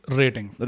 rating